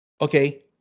okay